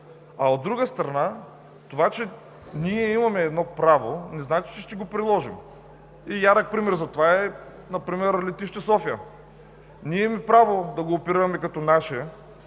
а от друга страна това, че ние имаме едно право не значи, че ще го приложим. Ярък пример за това е летище София. Ние имаме право да го оперираме като наше